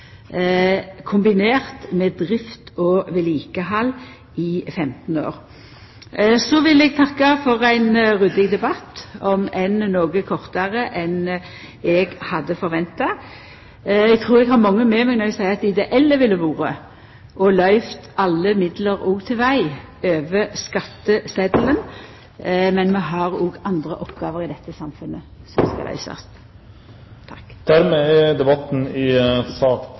kombinert med drift og vedlikehald i 15 år. Så vil eg takka for ein ryddig debatt, om enn noko kortare enn eg hadde forventa. Eg trur eg har mange med meg når eg seier at det ideelle ville vore å løyva alle midlar òg til veg over skattesetelen, men vi har òg andre oppgåver i dette samfunnet som skal løysast. Dermed er debatten i sak